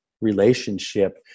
relationship